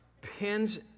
pins